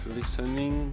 listening